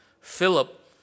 Philip